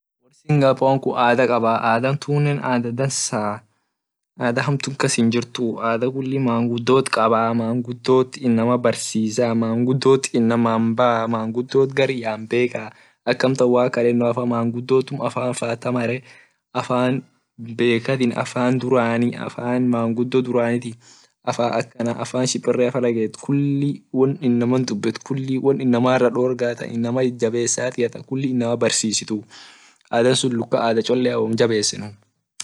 Wor singapore ada kaba ada tunne ada dansa ada hamtu kas hinjirtuu ada kulli mangudot kabaa ada mangudot inama barsisa mangudo inaman baa mangudot gar yan bekaa ak amtan waq kaenoa faa mangudot inama baa afan bekatin afan durani afan mangudo duraniti afan akana afan shimpirea fa daget won inama dube kulli won inamara dorga ta inama itjabesiati kulli inama barsisitu ada sun dub luka ada cholea wom jabesinuu.